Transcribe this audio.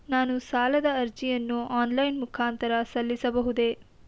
ನಾನು ಸಾಲದ ಅರ್ಜಿಯನ್ನು ಆನ್ಲೈನ್ ಮುಖಾಂತರ ಸಲ್ಲಿಸಬಹುದೇ?